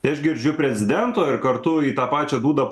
tai aš girdžiu prezidento ir kartu į tą pačią dūdą